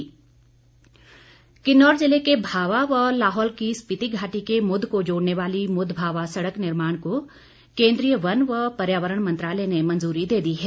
मुदमावा सड़क किन्नौर जिले के भावा व लाहौल की स्पिति घाटी के मुद को जोड़ने वाली मुद भावा सड़क निर्माण को केन्द्रीय वन व पर्यावरण मंत्रालय ने मंजूरी दे दी है